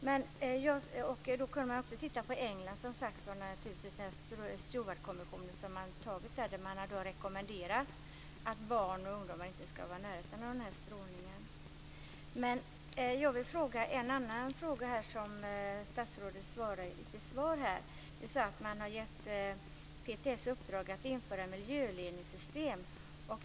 Man kan också titta på England och Stewartkonventionen som man har antagit, där man rekommenderar att barn och ungdomar inte ska vara i närheten av den här strålningen. Jag vill ställa en annan fråga utifrån statsrådets svar. Man har gett PTS i uppdrag att införa miljöledningssystem.